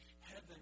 heaven